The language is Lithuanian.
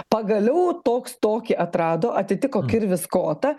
pagaliau toks tokį atrado atitiko kirvis kotą